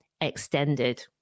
extended